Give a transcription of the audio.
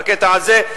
בקטע הזה,